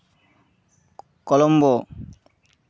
Colombo